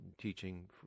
teaching